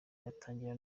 yatangira